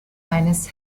eines